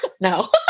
No